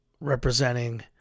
representing